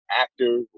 Actor